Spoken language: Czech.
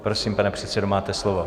Prosím, pane předsedo, máte slovo.